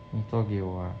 你做给我 ah